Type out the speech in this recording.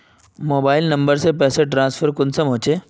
Mobile number से पैसा transfer कुंसम होचे?